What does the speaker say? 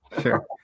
Sure